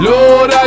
Lord